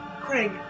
Craig